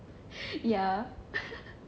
ya